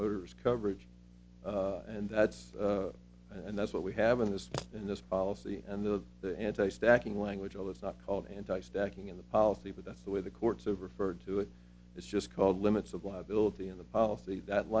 motor's coverage and that's and that's what we have in this in this policy and the the anti stacking language although it's not called anti stacking in the policy but that's the way the courts of referred to it it's just called limits of liability in the policy that